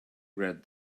read